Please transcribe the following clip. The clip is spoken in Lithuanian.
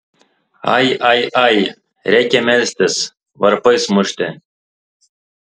ai ai ai reikia melstis varpais mušti